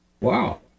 Wow